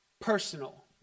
personal